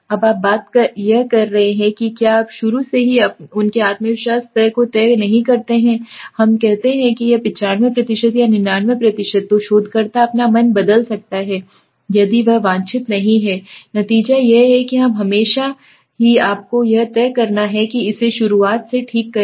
अब बात यह है कि क्या आप शुरू से ही उनके आत्मविश्वास के स्तर को तय नहीं करते हैं हम कहते हैं कि 95 या 99 तो शोधकर्ता अपना मन बदल सकता है यदि वह वांछित नहीं है नतीजा यह है कि यह हमेशा यह है कि आपको यह तय करना है कि इसे शुरुआत से ठीक करें